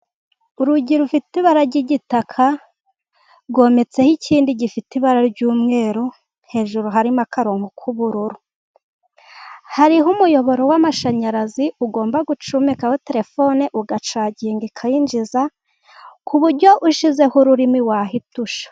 Urugi rufite ibara ry'igitaka, hometseho ikindi gifite ibara ry'umweru, hejuru harimo akarongo ku bururu, hariho umuyoboro w'amashanyarazi ugomba gucagingaho terefone u ikayinjiza ku buryo wakozaho ururimi wahitusha.